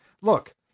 Look